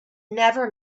never